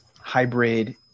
hybrid